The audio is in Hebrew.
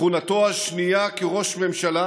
בכהונתו השנייה כראש ממשלה